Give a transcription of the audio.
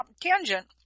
tangent